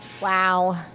Wow